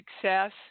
success